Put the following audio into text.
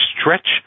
stretch